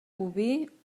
boví